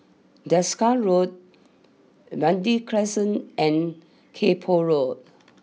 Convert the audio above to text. Desker Road Verde Crescent and Kay Poh Road